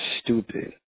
stupid